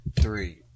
three